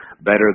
better